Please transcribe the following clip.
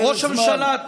ראש הממשלה,